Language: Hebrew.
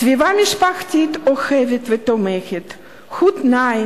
סביבה משפחתית אוהבת ותומכת היא תנאי